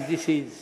וזו